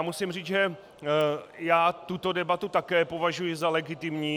Musím říci, že já tuto debatu také považuji za legitimní.